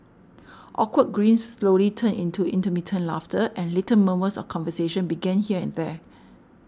awkward grins slowly turned into intermittent laughter and little murmurs of conversation began here and there